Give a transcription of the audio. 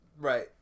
right